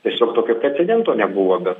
tiesiog tokio precedento nebuvo bet